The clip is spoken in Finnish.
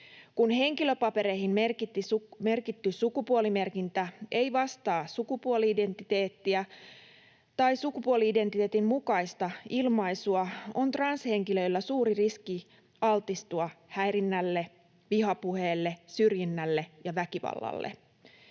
Kun henkilöpapereihin merkitty sukupuolimerkintä ei vastaa sukupuoli-identiteettiä tai sukupuoli-identiteetin mukaista ilmaisua, on transhenkilöillä suuri riski altistua häirinnälle, vihapuheelle, syrjinnälle ja väkivallalle.